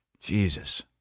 jesus